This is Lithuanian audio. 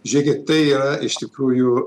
žiūrėkit tai iš tikrųjų